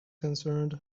concerned